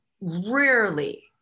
rarely